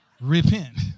Repent